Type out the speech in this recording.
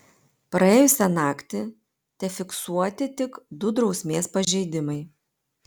praėjusią naktį tefiksuoti tik du drausmės pažeidimai